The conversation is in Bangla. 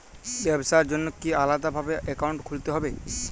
ব্যাবসার জন্য কি আলাদা ভাবে অ্যাকাউন্ট খুলতে হবে?